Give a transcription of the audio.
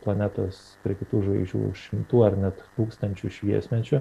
planetos prie kitų žvaigždžių už šimtų ar net tūkstančių šviesmečių